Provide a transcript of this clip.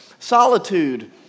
Solitude